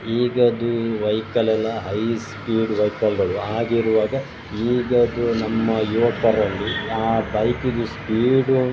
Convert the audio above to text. ಈಗಿಂದು ವೆಯ್ಕಲೆಲ್ಲ high speed ವೆಯ್ಕಲ್ಗಳು ಹಾಗಿರುವಾಗ ಈಗಿಂದು ನಮ್ಮ ಯುವಕರಲ್ಲಿ ಆ ಬೈಕಿಂದು ಸ್ಪೀಡು